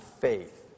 faith